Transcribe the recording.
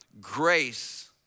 Grace